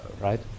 right